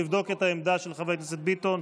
לבדוק את העמדה של חבר הכנסת ביטון.